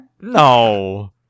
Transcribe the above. No